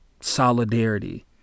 solidarity